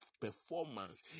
performance